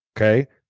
Okay